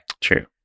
True